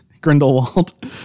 grindelwald